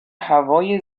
هوای